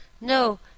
No